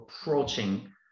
approaching